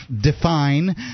define